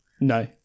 No